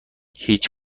هیچ